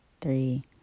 three